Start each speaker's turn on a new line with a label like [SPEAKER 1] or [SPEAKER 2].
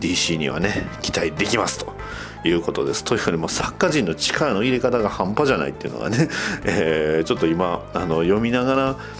[SPEAKER 1] D.C.にはね、期待できます、ということです。というよりも、サッカー人の力の入れ方が半端じゃないっていうのがね。 えー、ちょっと今、あの、読みながら